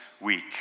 week